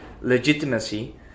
legitimacy